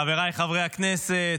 חבריי חברי הכנסת,